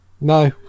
No